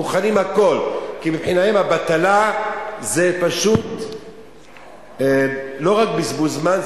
מוכנים הכול כי מבחינתם הבטלה היא לא רק בזבוז זמן,